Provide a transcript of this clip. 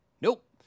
Nope